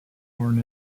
born